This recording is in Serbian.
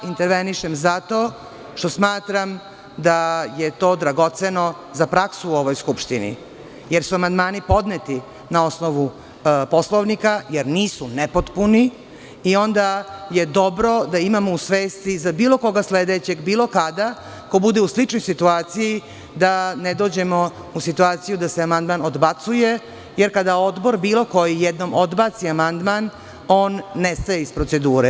Intervenišem zato što smatram da je to dragoceno za praksu u ovoj Skupštini, jer su amandmani podneti na osnovu Poslovnika jer nisu nepotpuni i onda je dobro da imamo u svesti za bilo koga sledećeg, bilo kada ko bude u sličnoj situaciji, da ne dođemo u situaciju da se amandman odbacuje, jer kada bilo koji odbor jednom odbaci amandman on nestaje iz procedure.